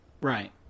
Right